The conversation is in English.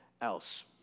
else